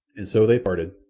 and so they parted,